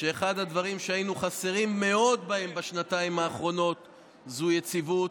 שאחד הדברים שהיו חסרים לנו מאוד בשנתיים האחרונות זה יציבות,